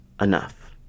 enough